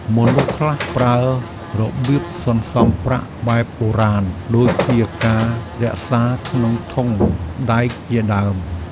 មនុស្សខ្លះប្រើរបៀបសន្សំប្រាក់បែបបុរាណ ដូចជាការរក្សាក្នុងធុងដែកជាដើម។